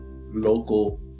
local